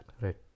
Right